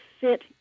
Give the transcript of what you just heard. fit